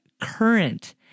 current